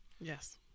Yes